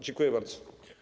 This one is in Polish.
Dziękuję bardzo.